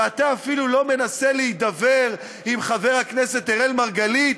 ואתה אפילו לא מנסה להידבר עם חבר הכנסת אראל מרגלית,